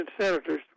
Senators